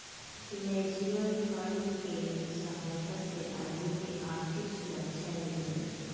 mutual fund के सहायता से आदमी के आर्थिक सुरक्षा मिलेला